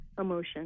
emotion